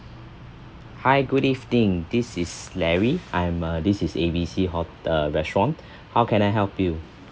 hi good evening this is larry I'm a this is A B C ho~ uh restaurant how can I help you